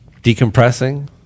decompressing